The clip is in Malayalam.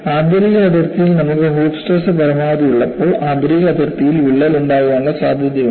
ആന്തരിക അതിർത്തിയിൽ നമുക്ക് ഹൂപ്പ് സ്ട്രെസ് പരമാവധി ഉള്ളപ്പോൾ ആന്തരിക അതിർത്തിയിൽ വിള്ളൽ ഉണ്ടാകാനുള്ള സാധ്യതയുണ്ട്